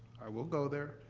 i will go there.